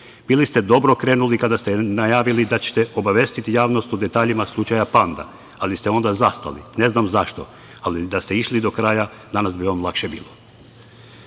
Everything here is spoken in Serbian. Bili ste dobro krenuli kada ste najavili da ćete obavestiti javnost o detaljima slučaja „Panda“, ali ste onda zastali. Ne znam zašto, ali da ste išli do kraja, danas bi vam lakše